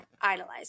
idolize